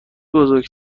بزرگ